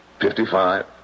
Fifty-five